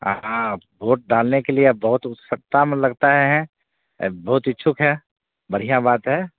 हाँ भोट डालने के लिए आप बहुत उत्सकता में लगता है हैं ए बहुत इच्छुक हैं बढ़ियाँ बात है